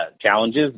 challenges